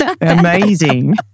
amazing